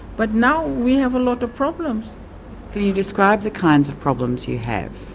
but now we have a lot of problems. can you describe the kinds of problems you have?